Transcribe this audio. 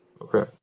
Okay